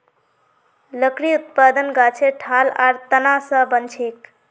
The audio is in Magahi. लकड़ी उत्पादन गाछेर ठाल आर तना स बनछेक